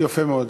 יפה מאוד.